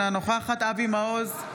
אינה נוכחת אבי מעוז,